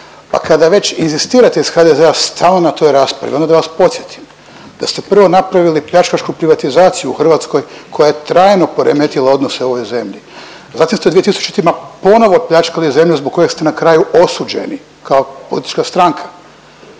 A kada već inzistirate iz HDZ-a stalno na toj raspravi, onda da vas podsjetim, da ste prvo napravili pljačkašku privatizaciju u Hrvatskoj koja je trajno poremetila odnose u ovoj zemlji. Zatim ste u 2000-ima ponovo opljačkali zemlju zbog koje ste na kraju osuđeni kao politička stranka